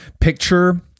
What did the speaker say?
picture